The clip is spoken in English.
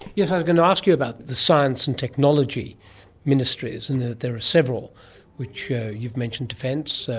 yes, i was going to ask you about the science and technology ministries, and there are several which you've mentioned defence,